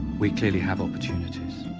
we clearly have opportunities.